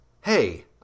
Hey